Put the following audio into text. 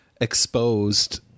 exposed